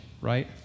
right